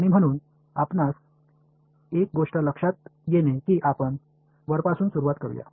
எனவே நீங்கள் கவனித்ததை போல ஒரு விஷயத்தை மேலே இருந்து ஆரம்பிக்கலாம்